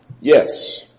Yes